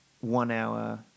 one-hour